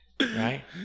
Right